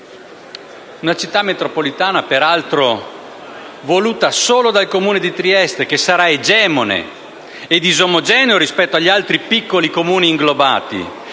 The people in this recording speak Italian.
una Città metropolitana voluta solo dal Comune di Trieste, che sarà egemone e disomogeneo rispetto agli altri piccoli Comuni inglobati,